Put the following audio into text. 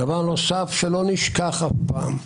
דבר נוסף, שלא נשכח אף פעם,